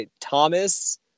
Thomas